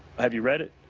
have you read it?